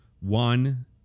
one